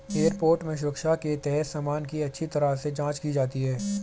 airport में सुरक्षा के तहत सामान की अच्छी तरह से जांच की जाती है